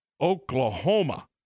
Oklahoma